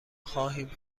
خواهیم